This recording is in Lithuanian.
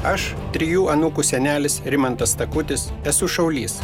aš trijų anūkų senelis rimantas takutis esu šaulys